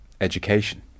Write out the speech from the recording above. education